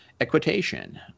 equitation